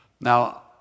Now